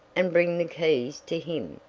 and bring the keys to him,